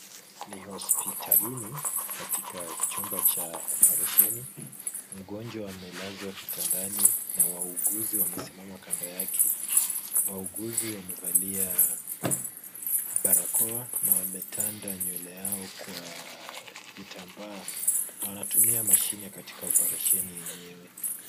Ni hosipitalini, katika chumba cha oparesheni, mgonjwa amelazwa kitandani na wauguzi wamesimama kando yake. Wauguzi wamevalia barakoa na wametanda nywele yao kwa vitambaa na wanatumia mashine katika oparesheni yenyewe.